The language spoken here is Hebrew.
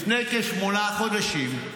לפני כשמונה חודשים,